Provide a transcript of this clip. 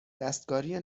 دستکاری